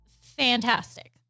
fantastic